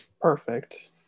Perfect